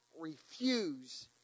refuse